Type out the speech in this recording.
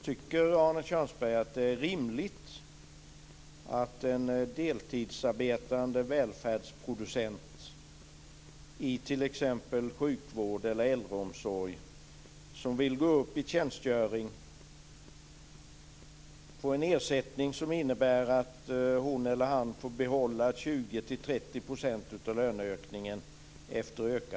Tycker Arne Kjörnsberg att det är rimligt att en deltidsarbetande välfärdsproducent i t.ex. sjukvård eller äldreomsorg som vill gå upp i tjänstgöring får en ersättning som innebär att hon eller han får behålla